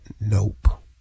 Nope